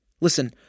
Listen